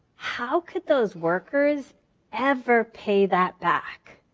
how could those workers ever pay that back?